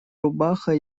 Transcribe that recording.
рубаха